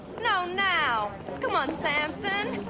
now now come on, samson.